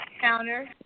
counter